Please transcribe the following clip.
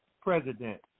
President